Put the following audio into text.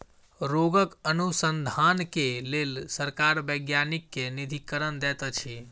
रोगक अनुसन्धान के लेल सरकार वैज्ञानिक के निधिकरण दैत अछि